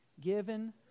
given